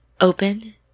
open